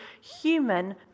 human